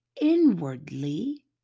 inwardly